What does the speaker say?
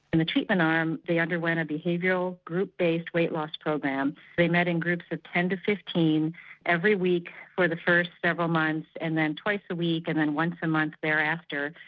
and the treatment arm they underwent a behavioural group based weight loss program, they met in groups of ten to fifteen every week for the first several months and then twice a week and then once a month thereafter.